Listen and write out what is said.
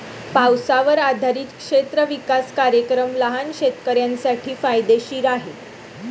पावसावर आधारित क्षेत्र विकास कार्यक्रम लहान शेतकऱ्यांसाठी फायदेशीर आहे